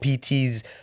PT's